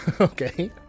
Okay